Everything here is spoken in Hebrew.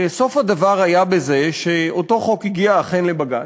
סוף הדבר היה בזה שאותו חוק הגיע אכן לבג"ץ,